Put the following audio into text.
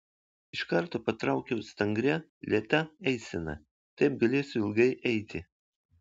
iš karto patraukiau stangria lėta eisena taip galėsiu ilgai eiti